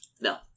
No